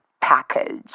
package